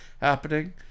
happening